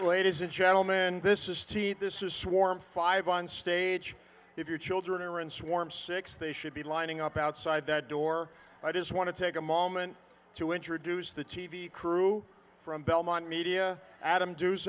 ladies and gentlemen this is t this is swarm five on stage if your children are in swarm six they should be lining up outside the door i just want to take a moment to introduce the t v crew from belmont media adam d